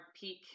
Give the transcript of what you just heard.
peak